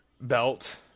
belt